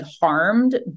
harmed